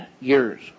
years